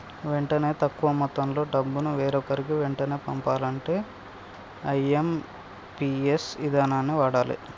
వెంటనే తక్కువ మొత్తంలో డబ్బును వేరొకరికి వెంటనే పంపాలంటే ఐ.ఎమ్.పి.ఎస్ ఇదానాన్ని వాడాలే